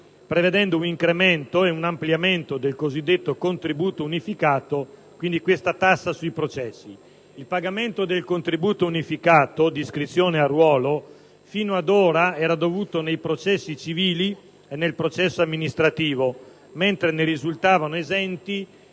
prevedendo un incremento e un ampliamento del cosiddetto contributo unificato, cioè della tassa sui processi. Il pagamento del contributo unificato di iscrizione a ruolo fino ad ora era dovuto nei processi civili e nel processo amministrativo, mentre ne risultavano esenti